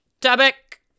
topic